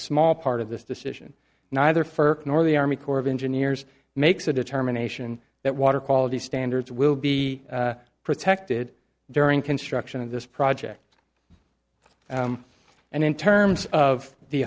small part of this decision neither for nor the army corps of engineers makes a determination that water quality standards will be protected during construction of this project and in terms of the